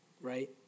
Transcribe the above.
right